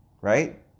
right